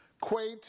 Quate